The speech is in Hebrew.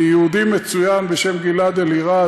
מיהודי מצוין בשם גלעד אלירז,